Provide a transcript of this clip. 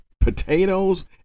potatoes